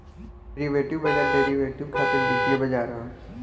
derivative बाजार derivative खातिर वित्तीय बाजार ह